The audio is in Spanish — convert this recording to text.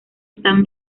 están